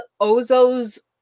Ozo's